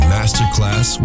Masterclass